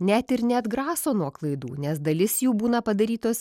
net ir neatgraso nuo klaidų nes dalis jų būna padarytos